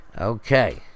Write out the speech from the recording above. okay